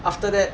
after that